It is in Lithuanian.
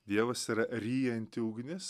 dievas yra ryjanti ugnis